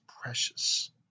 precious